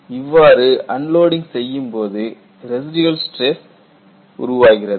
இவ்வாறு அன்லோடிங் செய்யும்போது residual stress உருவாகிறது